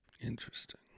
Interesting